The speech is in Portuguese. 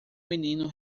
menino